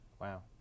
Wow